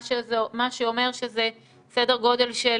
מה שאומר שזה סדר גודל של